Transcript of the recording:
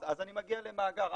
אז אני מגיע למאגר,